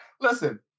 listen